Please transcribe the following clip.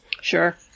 Sure